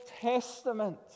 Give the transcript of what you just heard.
Testament